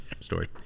story